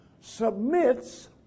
submits